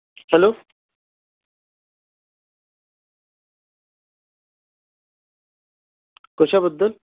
hello कशाबद्दल